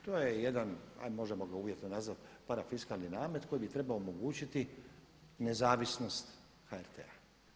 To je jedan, hajde možemo ga uvjetno nazvati parafiskalni namet koji bi trebao omogućiti nezavisnost HRT-a.